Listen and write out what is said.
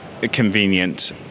convenient